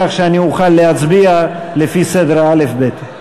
כך שאני אוכל להצביע לפי סדר האל"ף-בי"ת.